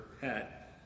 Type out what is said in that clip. pet